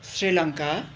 Sri Lanka